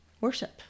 Worship